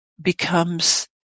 becomes